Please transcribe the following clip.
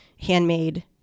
handmade